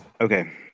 Okay